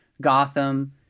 Gotham